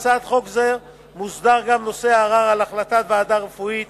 בהצעת חוק זו גם מוסדר נושא הערר על החלטת ועדה רפואית